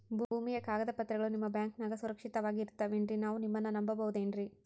ಭೂಮಿಯ ಕಾಗದ ಪತ್ರಗಳು ನಿಮ್ಮ ಬ್ಯಾಂಕನಾಗ ಸುರಕ್ಷಿತವಾಗಿ ಇರತಾವೇನ್ರಿ ನಾವು ನಿಮ್ಮನ್ನ ನಮ್ ಬಬಹುದೇನ್ರಿ?